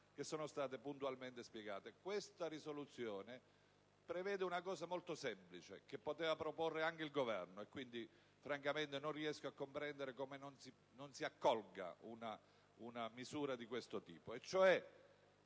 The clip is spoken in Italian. che sono state puntualmente spiegate. Questa proposta di risoluzione prevede una soluzione molto semplice, che poteva proporre lo stesso Governo (e francamente non riesco a comprendere come non si accolga una misura di questo tipo),